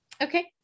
Okay